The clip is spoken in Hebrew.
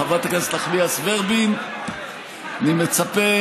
חברת הכנסת נחמיאס ורבין, אני מצפה